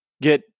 get